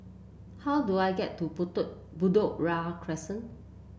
how do I get to Bedok Bedok Ria Crescent